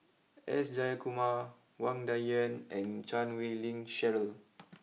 S Jayakumar Wang Dayuan and Chan Wei Ling Cheryl